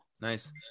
Nice